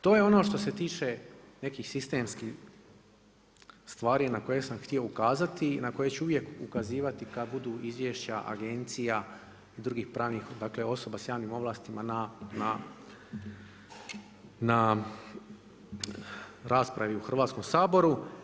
To je ono što se tiče nekih sistemskih stvari na koje sam htio ukazati i na koje ću uvijek ukazivati kad budu izvješća agencija drugih pravnih, osoba s javnim ovlastima na raspravi u Hrvatskom saboru.